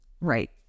Right